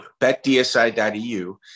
betdsi.eu